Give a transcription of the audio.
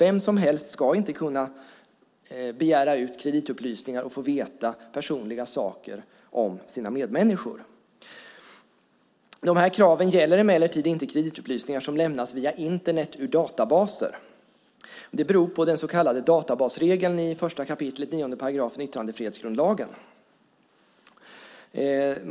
Vem som helst ska inte kunna begära ut kreditupplysningar och få veta personliga saker om sina medmänniskor. De här kraven gäller emellertid inte kreditupplysningar som lämnas via Internet ur databaser. Det beror på den så kallade databasregeln i 1 kap. 9 § yttrandefrihetsgrundlagen.